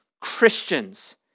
Christians